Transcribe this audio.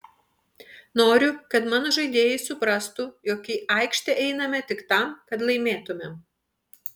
noriu kad mano žaidėjai suprastų jog į aikštę einame tik tam kad laimėtumėm